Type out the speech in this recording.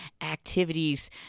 activities